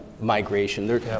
migration